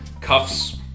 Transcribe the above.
cuffs